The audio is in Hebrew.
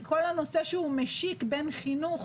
כל הנושא שמשיק בין חינוך